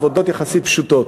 עבודות יחסית פשוטות.